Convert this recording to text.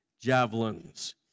javelins